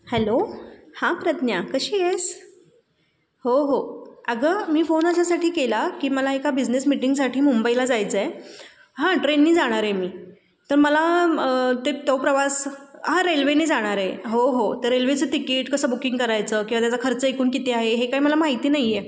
hello हां प्रज्ञा कशी आहेस हो हो अगं मी फोन अशासाठी केला की मला एका बिझनेस मीटिंगसाठी मुंबईला जायचं आहे हां ट्रेनने जाणार आहे मी तर मला ते तो प्रवास हा रेल्वेने जाणार आहे हो हो तर रेल्वेचं तिकीट कसं बुकिंग करायचं किंवा त्याचा खर्च एकूण किती आहे हे काही मला माहिती नाही आहे